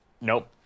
Nope